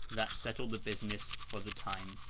that settled the business for the time.